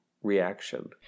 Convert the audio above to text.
Reaction